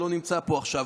שלא נמצא פה עכשיו,